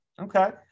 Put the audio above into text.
Okay